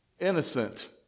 innocent